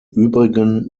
übrigen